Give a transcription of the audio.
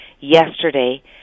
yesterday